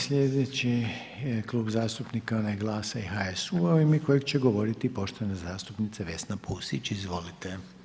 Sljedeći je klub zastupnika onaj GLAS-a i HSU-a u ime kojeg će govoriti poštovana zastupnica Vesna Pusić, izvolite.